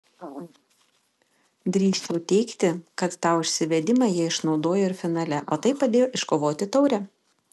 drįsčiau teigti kad tą užsivedimą jie išnaudojo ir finale o tai padėjo iškovoti taurę